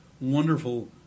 wonderful